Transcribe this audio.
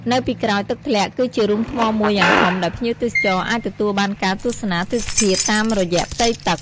នៅពីក្រោយទឹកធ្លាក់គឺជារូងថ្មមួយយ៉ាងធំដែលភ្ញៀវទេសចរអាចទទួលបានការទស្សនាទេសភាពតាមរយៈផ្ទៃទឹក។